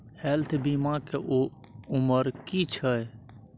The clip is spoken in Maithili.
हेल्थ बीमा के उमर की छै?